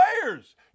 players